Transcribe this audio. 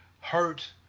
hurt